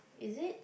is it